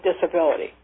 disability